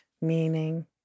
meaning